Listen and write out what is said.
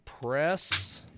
Press